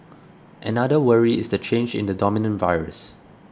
another worry is the change in the dominant virus